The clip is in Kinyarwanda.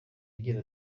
agira